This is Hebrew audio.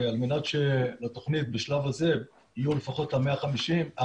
על מנת שלתכנית בשלב הזה יהיו לפחות ה-100,